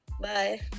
Bye